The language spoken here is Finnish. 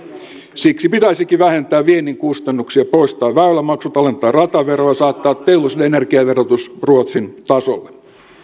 siksi pitäisikin vähentää viennin kustannuksia poistaa väylämaksut alentaa rataveroa saattaa teollisuuden energiaverotus ruotsin tasolle